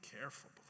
careful